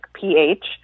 P-H